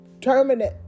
terminate